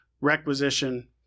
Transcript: requisition